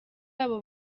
abo